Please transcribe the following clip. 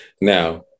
Now